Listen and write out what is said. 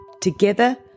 Together